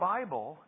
Bible